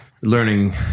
learning